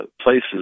places